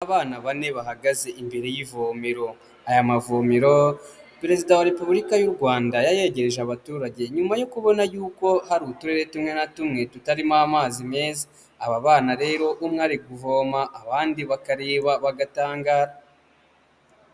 Abana bane bahagaze imbere y'ivomero, aya mavomero Perezida wa Pepubulika y'u Rwanda yayegereje abaturage nyuma yo kubona yuko hari uturere tumwe na tumwe tutarimo amazi meza, aba bana rero umwe ari kuvoma abandi bakareba bagatangara.